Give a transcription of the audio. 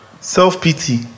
self-pity